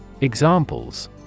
Examples